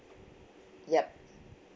yup